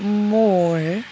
মোৰ